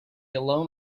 alone